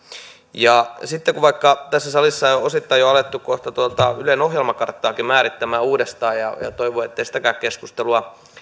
ja vaikka tässä salissa on on osittain jo alettu kohta ylen ohjelmakarttaakin määrittämään uudestaan ja toivoa että sitäkään keskustelua